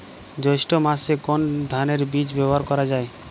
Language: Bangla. জৈষ্ঠ্য মাসে কোন ধানের বীজ ব্যবহার করা যায়?